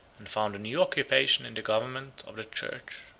and found a new occupation in the government of the church.